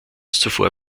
zuvor